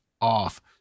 off